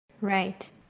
Right